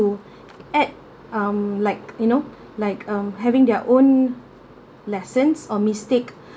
to add um like you know like um having their own lessons or mistakes